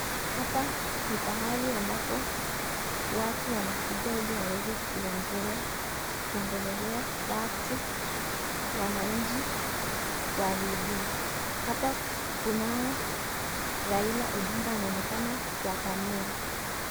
Hapa, ni pahali ambapo, watu wanakuja ili waweze kuongelea, kuogelelea watu, wanainchi, kwa redio, hapa kunao Raila Odinga anaonekana, kwa kamera.